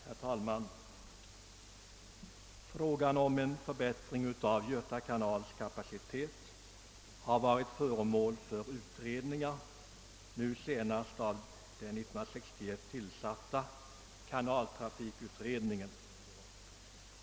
Herr talman! Frågan om en förbättring av Göta kanals kapacitet har varit föremål för utredningar, nu senast av den 1961 tillsatta kanaltrafikutredningen.